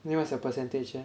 then what's your percentage